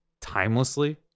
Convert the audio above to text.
Timelessly